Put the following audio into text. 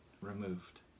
removed